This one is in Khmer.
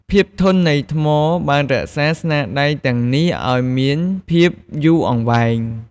ភាពធន់នៃថ្មបានរក្សាស្នាដៃទាំងនេះឲ្យមានភាពយូរអង្វែង។